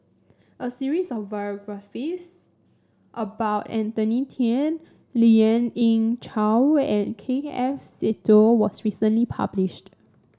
a series of biographies about Anthony Then Lien Ying Chow and K F Seetoh was recently published